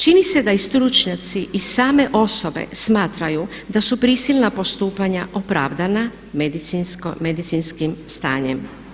Čini se da i stručnjaci i same osobe smatraju da su prisilna postupanja opravdana medicinskim stanjem.